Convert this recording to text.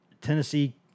Tennessee